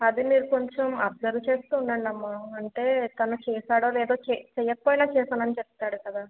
అది మీరు కొంచెం అబ్సర్వ్ చేస్తూ ఉండండమ్మా అంటే తను చేశాడో లేదో చె చెయ్యకపోయినా చేశానని చెప్తాడు కదా